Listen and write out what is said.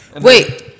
Wait